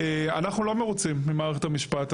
אנחנו לא מרוצים ממערכת המשפט,